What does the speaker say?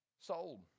Sold